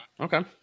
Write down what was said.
Okay